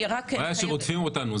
הבעיה היא שרודפים אותנו,